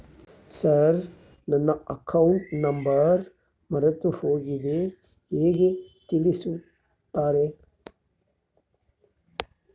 Sir ನನ್ನ account number ಮರೆತುಹೋಗಿದೆ ಹೇಗೆ ತಿಳಿಸುತ್ತಾರೆ?